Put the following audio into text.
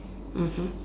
mmhmm